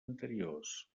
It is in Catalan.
anteriors